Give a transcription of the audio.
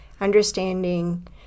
understanding